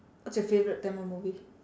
what's your favourite tamil movie